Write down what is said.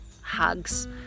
hugs